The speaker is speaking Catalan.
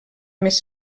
més